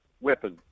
weapon